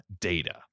data